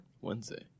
wednesday